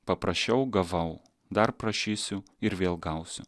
paprašiau gavau dar prašysiu ir vėl gausiu